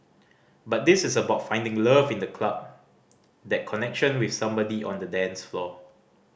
but this is about finding love in the club that connection with somebody on the dance floor